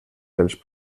dels